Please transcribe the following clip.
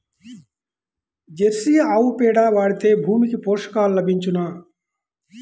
Jersey ఆవు పేడ వాడితే భూమికి పోషకాలు లభించునా?